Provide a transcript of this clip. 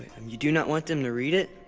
you do not want them to read it?